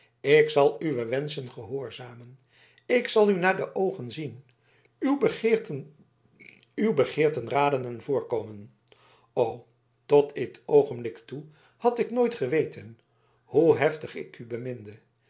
ik zal uwe wenschen gehoorzamen ik zal u naar de oogen zien uwe begeerten raden en voorkomen o tot dit oogenblik toe had ik nooit geweten hoe heftig ik u beminde